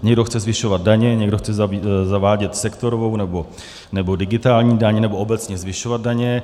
Někdo chce zvyšovat daně, někdo chce zavádět sektorovou nebo digitální daň nebo obecně zvyšovat daně.